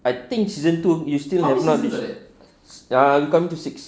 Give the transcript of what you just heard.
I think season two you still have not ah coming to six